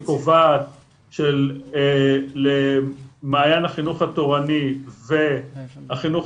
שקובעת למעיין החינוך התורני והחינוך